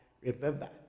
Remember